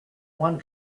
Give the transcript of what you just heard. one